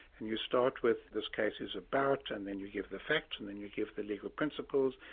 and you start with this case is about, and then you give the facts and then you give the legal principles,